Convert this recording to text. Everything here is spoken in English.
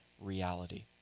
reality